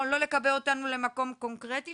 לא לקבע אותנו למקום קונקרטי,